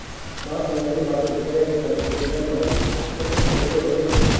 बांस में अन्य घासों की तरह के तने के इंटरनोडल क्षेत्र खोखले होते हैं